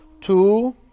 Two